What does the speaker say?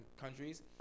countries